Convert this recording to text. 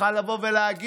היה יכול לבוא ולהגיד: